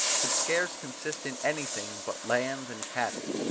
could scarce consist in anything but lands and cattle,